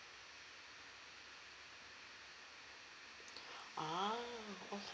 !ah! okay